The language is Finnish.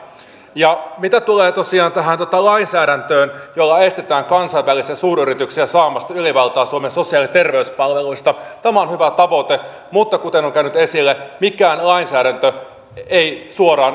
ja mitä tulee tosiaan tähän lainsäädäntöön jolla estetään kansainvälisiä suuryrityksiä saamasta ylivaltaa suomen sosiaali ja terveyspalveluista tämä on hyvä tavoite mutta kuten on käynyt esille mikään lainsäädäntö ei suoraan estä tätä